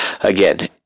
Again